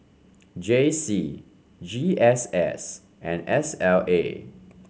J C G S S and S L A